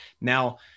Now